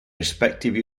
respective